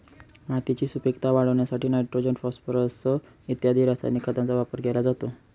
मातीची सुपीकता वाढवण्यासाठी नायट्रोजन, फॉस्फोरस इत्यादी रासायनिक खतांचा वापर केला जातो